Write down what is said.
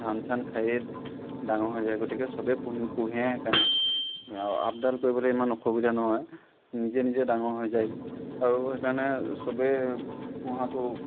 ধান চান খায়েই ডাঙৰ হৈ যায় গতিকে চবেই পুহি পোহে সেইকাৰণে আৰু আপডাল কৰিবলৈ ইমান অসুবিধা নহয় নিজে নিজে ডাঙৰ হৈ যায় আৰু সেইকাৰণে চবেই পোহাটো